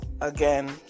again